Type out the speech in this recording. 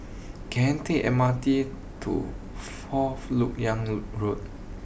can I take the M R T to fourth Lok Yang Road